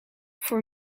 voor